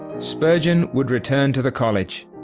spurgeon would return to the college.